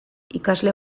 ikasle